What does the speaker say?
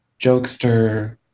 jokester